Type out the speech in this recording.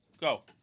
Go